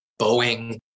Boeing